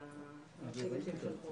מהפכות, לא שינויים,